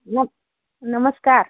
न नमस्कार